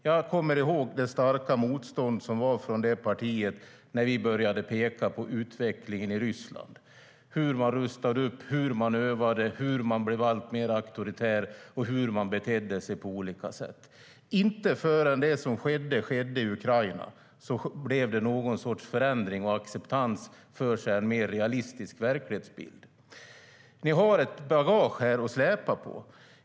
Jag kommer ihåg det starka motståndet från det partiet när vi började peka på utvecklingen i Ryssland - hur man rustade upp, hur man övade, hur man blev alltmer auktoritär och hur man betedde sig på olika sätt. Inte förrän det som skedde i Ukraina inträffade blev det någon sorts förändring och acceptans för en mer realistisk verklighetsbild. Ni har ett bagage att släpa på här.